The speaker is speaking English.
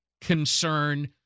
concern